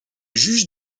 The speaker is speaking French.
juge